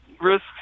risk